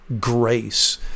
grace